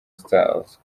stars